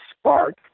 spark